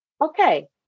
Okay